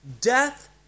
Death